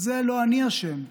זה לא אני אשם,